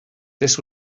this